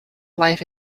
life